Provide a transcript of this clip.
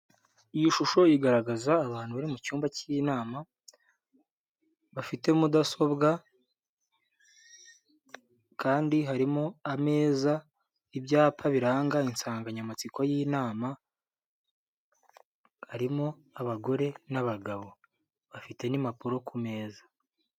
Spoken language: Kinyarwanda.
Iyi shusho igaragaza abantu bari mucyumba k'inama bafite mudasobwa, kandi harimo ameza ibyapa biranga insanganyamatsiko y'inama, harimo abagore n'abagabo, bafite n'impapuro ku meza.